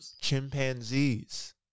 chimpanzees